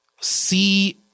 see